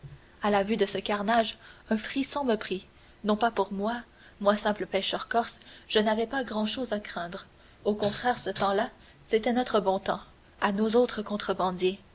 à la vue de ce carnage un frisson me prit non pas pour moi moi simple pêcheur corse je n'avais pas grand-chose à craindre au contraire ce temps-là c'était notre bon temps à nous autres contrebandiers